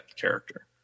character